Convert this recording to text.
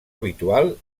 habitual